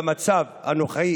במצב הנוכחי,